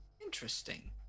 interesting